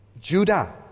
Judah